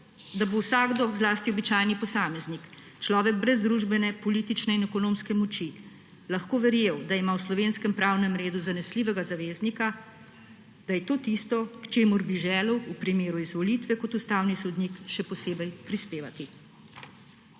da bo vsakdo, zlasti običajni posameznik, človek brez družbene, politične in ekonomske moči lahko verjel, da ima v slovenskem pravnem redu zanesljivega zaveznika, da je to tisto, k čemur bi želel v primeru izvolitve kot ustavni sodnik še posebej prispevati.